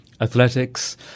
athletics